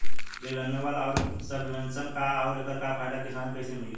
Renewable आउर subvention का ह आउर एकर फायदा किसान के कइसे मिली?